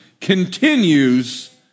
continues